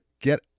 get